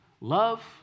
Love